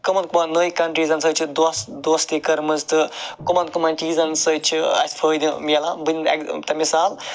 کمن کمن نٔے کنٹری سۭتۍ چھِ دوستی کٔرمٕژ تہٕ کمن کمن چیٖزَن سۭتۍ چھ اسہِ فٲیدٕ میلان بہٕ دمہ تۄہہِ مِثال